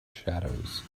shadows